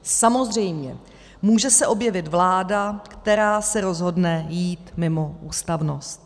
Samozřejmě může se objevit vláda, která se rozhodne jít mimo ústavnost.